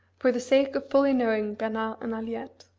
for the sake of fully knowing bernard and aliette.